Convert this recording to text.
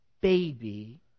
baby